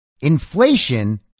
Inflation